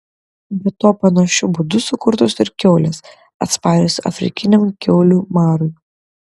be to panašiu būdu sukurtos ir kiaulės atsparios afrikiniam kiaulių marui